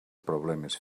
problemes